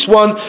one